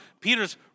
Peter's